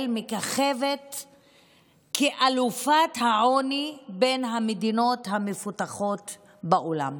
מככבת כאלופת העוני בין המדינות המפותחות בעולם,